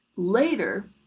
Later